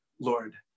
Lord